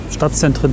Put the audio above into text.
Stadtzentren